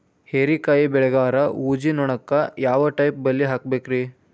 ಹೇರಿಕಾಯಿ ಬೆಳಿಯಾಗ ಊಜಿ ನೋಣಕ್ಕ ಯಾವ ಟೈಪ್ ಬಲಿ ಹಾಕಬೇಕ್ರಿ?